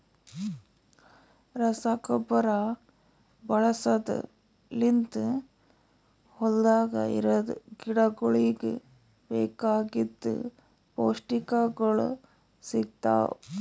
ರಸಗೊಬ್ಬರ ಬಳಸದ್ ಲಿಂತ್ ಹೊಲ್ದಾಗ ಇರದ್ ಗಿಡಗೋಳಿಗ್ ಬೇಕಾಗಿದ್ ಪೌಷ್ಟಿಕಗೊಳ್ ಸಿಗ್ತಾವ್